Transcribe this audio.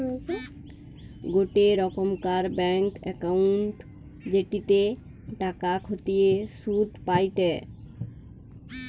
গোটে রোকমকার bank account জেটিতে টাকা খতিয়ে শুধ পায়টে